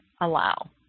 allow